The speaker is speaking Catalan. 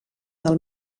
del